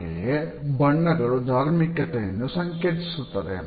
ಹಾಗೆಯೇ ಬಣ್ಣಗಳು ಧಾರ್ಮಿಕತೆಯನ್ನು ಸಂಕೇತಿಸುತ್ತದೆ